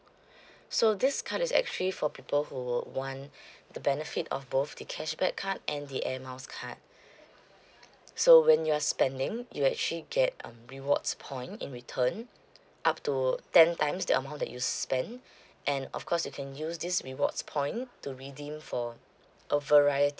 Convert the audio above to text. so this card is actually for people who would want the benefit of both the cashback card and the air miles card so when you are spending you actually get um rewards point in return up to ten times the amount that you spend and of course you can use this rewards points to redeem for a varie~